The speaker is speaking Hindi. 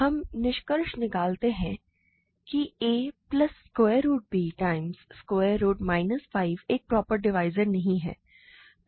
इसलिए हम निष्कर्ष निकालते हैं कि a plus square root b times square root minus 5 एक प्रॉपर डिवाइज़र नहीं है